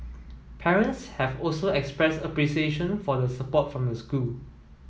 parents have also expressed appreciation for the support from the school